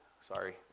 Sorry